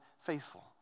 faithful